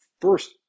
first